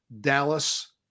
Dallas